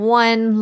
one